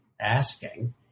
asking